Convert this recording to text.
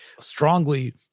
strongly